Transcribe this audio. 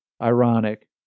ironic